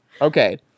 Okay